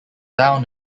down